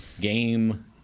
game